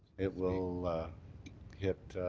it will hit